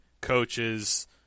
coaches